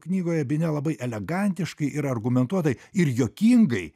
knygoje bine labai elegantiškai ir argumentuotai ir juokingai